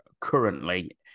currently